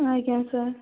ଆଜ୍ଞା ସାର୍